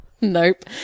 Nope